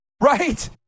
Right